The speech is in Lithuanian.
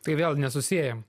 tai vėl nesusiejam